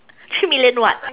three million what